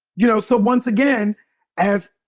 you know so once again, i have,